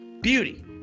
beauty